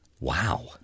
Wow